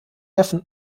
neffen